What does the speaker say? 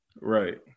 Right